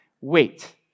Wait